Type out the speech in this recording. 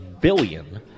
billion